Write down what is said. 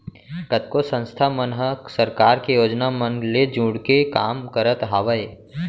कतको संस्था मन ह सरकार के योजना मन ले जुड़के काम करत हावय